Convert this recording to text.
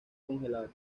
congelado